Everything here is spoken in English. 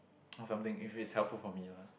or something if it's helpful for me lah